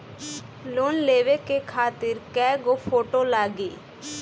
Loan लेवे खातिर कै गो फोटो लागी?